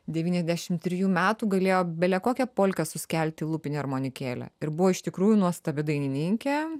devyniasdešim trijų metų galėjo bele kokią polką suskelti lūpine armonikėle ir buvo iš tikrųjų nuostabi dainininkė